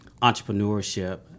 entrepreneurship